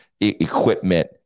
equipment